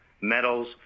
metals